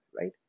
right